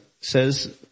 says